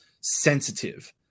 sensitive